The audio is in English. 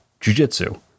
jujitsu